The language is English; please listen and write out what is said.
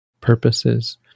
purposes